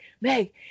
Meg